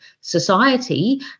society